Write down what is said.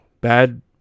bad